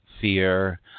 fear